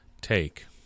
Take